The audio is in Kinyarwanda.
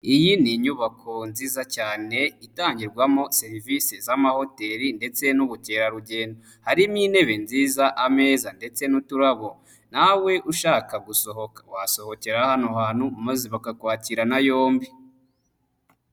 Iyi ni inyubako nziza cyane itangirwamo serivisi z'amahoteli ndetse n'ubukerarugendo, harimo intebe nziza, ameza ndetse n'uturabo, nawe ushaka gusoko wasohokera hano hantu, maze bakakwakirana yombi.